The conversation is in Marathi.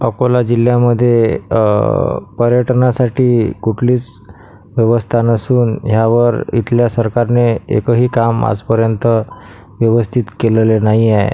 अकोला जिल्ह्यामध्ये पर्यटनासाठी कुठलीच व्यवस्था नसून ह्यावर इथल्या सरकारने एकही काम आजपर्यंत व्यवस्थित केलेले नाही आहे